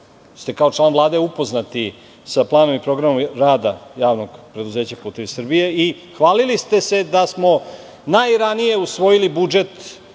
ste kao član Vlade upoznati sa planom i programom rada Javnog preduzeća "Putevi Srbije" i hvalili ste se da smo najranije usvojili budžet